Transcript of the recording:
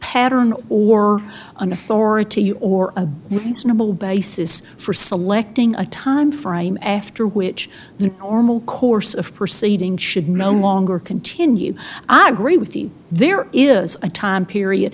pattern or an authority or a reasonable basis for selecting a timeframe after which the ormal course of proceeding should no longer continue i agree with you there is a time period